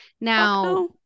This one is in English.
Now